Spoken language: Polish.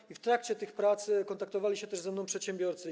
I w trakcie tych prac kontaktowali się też ze mną przedsiębiorcy.